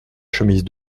chemise